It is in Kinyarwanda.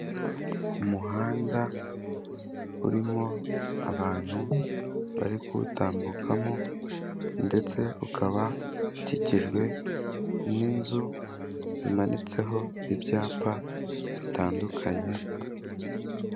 Umuhanda urimo abantu bari kuwutambukamo ndetse ukaba ukikijwe n'inzu zimanitseho ibyapa bitandukanye.